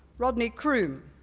rodney croome,